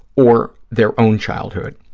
or their own childhood.